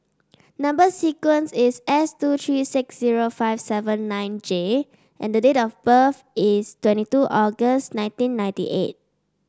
number sequence is S two three six zero five seven nine J and the date of birth is twenty two August nineteen ninety eight